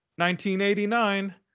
1989